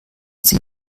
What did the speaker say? sie